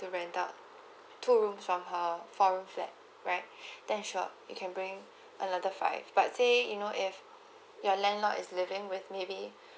to rent out two rooms from her four room flat right then sure you can bring another five but say you know if your landlord is living with maybe